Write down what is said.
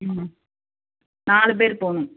ம் நாலு பேர் போகணும்